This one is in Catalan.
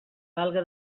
valga